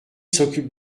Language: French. s’occupe